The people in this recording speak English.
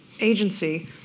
agency